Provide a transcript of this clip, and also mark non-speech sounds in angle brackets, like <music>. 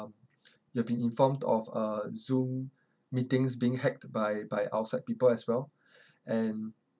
<noise> you have been informed of uh zoom meetings being hacked by by outside people as well <breath> and